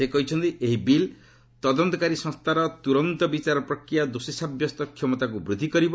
ସେ କହିଛନ୍ତି ଏହି ବିଲ୍ ତଦନ୍ତକାରୀ ସଂସ୍ଥାର ତ୍ରରନ୍ତ ବିଚାର ପ୍ରକ୍ରିୟା ଓ ଦୋଷୀ ସାବ୍ୟସ୍ତ କ୍ଷମତାକୁ ବୃଦ୍ଧି କରିବ